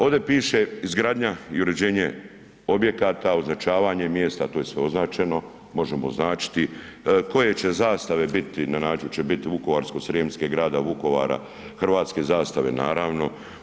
Ovdje piše izgradnja i uređenje objekata, označavanje mjesta, to je sve označeno možemo označiti, koje će zastave biti na način hoće li biti Vukovarsko-srijemske i grada Vukovara, hrvatske zastave naravno.